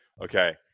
Okay